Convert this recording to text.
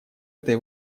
этой